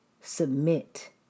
submit